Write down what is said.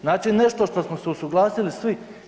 Znači nešto što smo se usuglasili svi.